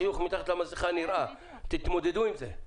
החיוך מתחת למסכה נראה תתמודדו עם זה.